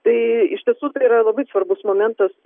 tai iš tiesų tai yra labai svarbus momentas